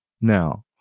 Now